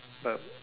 but